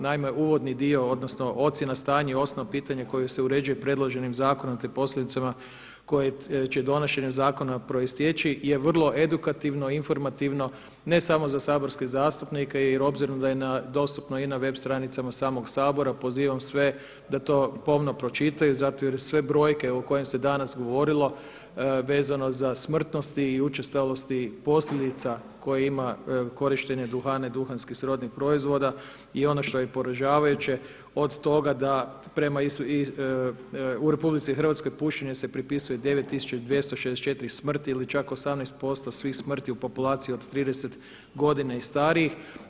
Naime, uvodni dio odnosno ocjena stanja i osnovno pitanje koje se uređuje predloženim zakonom, te posljedicama koje će donošenje zakona proisteći je vrlo edukativno, informativno ne samo za saborske zastupnike jer obzirom da je dostupno i na web stranicama samog Sabora pozivam sve da to pomno pročitaju zato jer sve brojke o kojima se danas govorilo vezano za smrtnosti i učestalosti posljedica koje ima korištenje duhana i duhanski srodnih proizvoda i ono što je poražavajuće od toga da u RH pušenje se pripisuje 9264 smrti ili čak 18% svih smrti u populaciji od 30 godina i starijih.